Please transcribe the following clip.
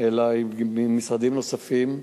אלא היא במשרדים נוספים.